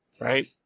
Right